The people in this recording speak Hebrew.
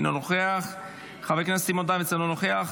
אינו נוכח,